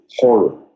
horror